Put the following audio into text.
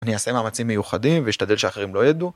אני אעשה מאמצים מיוחדים ואשתדל שאחרים לא ידעו.